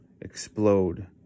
explode